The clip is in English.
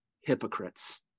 hypocrites